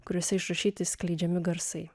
kuriose išrašyti skleidžiami garsai